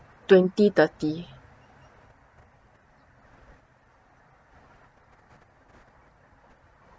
twenty thirty